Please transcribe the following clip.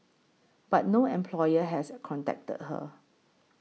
but no employer has contacted her